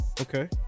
Okay